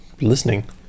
listening